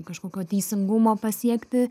kažkokio teisingumo pasiekti